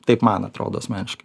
taip man atrodo asmeniškai